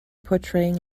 portraying